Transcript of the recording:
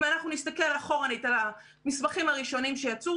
אם אנחנו נתסכל אחורה על המסמכים הראשוניים שיצאו,